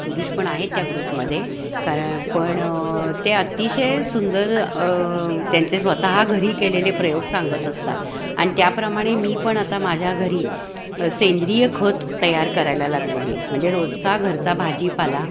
पुरुष पण आहेत त्या ग्रुपमध्ये कारण पण ते अतिशय सुंदर त्यांचे स्वतः घरी केलेले प्रयोग सांगत असतात आणि त्याप्रमाणे मी पण आता माझ्या घरी सेंद्रिय खत तयार करायला लागलेली आहे म्हणजे रोजचा घरचा भाजीपाला